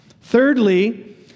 Thirdly